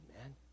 man